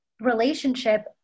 relationship